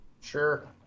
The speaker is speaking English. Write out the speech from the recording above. sure